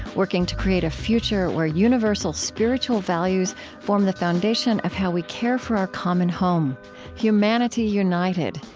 working to create a future where universal spiritual values form the foundation of how we care for our common home humanity united,